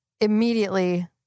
immediately